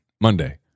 Monday